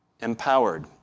empowered